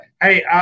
hey